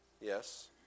Yes